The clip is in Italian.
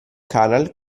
canal